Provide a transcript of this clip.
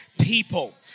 people